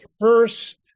first